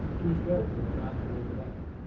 too scared to ask to go to the bathroom.